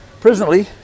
Presently